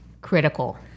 critical